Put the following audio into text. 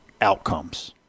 outcomes